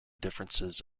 differences